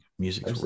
Music